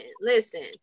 listen